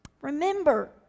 Remember